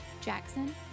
Jackson